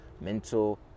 mental